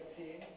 team